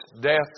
death